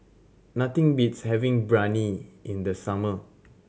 nothing beats having Biryani in the summer